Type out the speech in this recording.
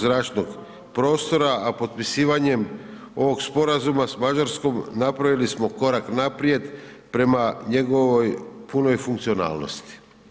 zračnog prostora, a potpisivanjem ovog sporazuma s Mađarskom napravili smo korak naprijed prema njegovoj punoj funkcionalnosti.